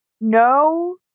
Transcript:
no